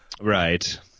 Right